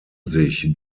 sich